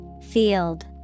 Field